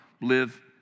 live